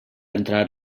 entrar